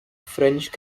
french